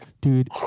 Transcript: dude